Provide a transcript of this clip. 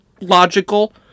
logical